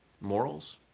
morals